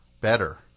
better